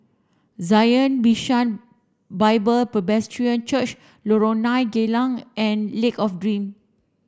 Zion Bishan Bible Presbyterian Church Lorong nine Geylang and Lake of Dream